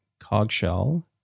Cogshell